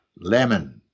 lemon